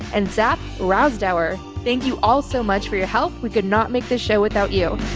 and zach rosdauer. thank you all so much for your help. we could not make this show without you